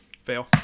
Fail